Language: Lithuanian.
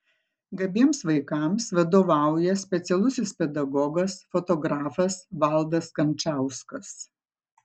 gabiems vaikams vadovauja specialusis pedagogas fotografas valdas kančauskas